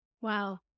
Wow